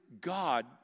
God